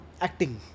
acting